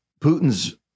Putin's